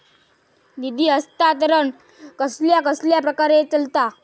निधी हस्तांतरण कसल्या कसल्या प्रकारे चलता?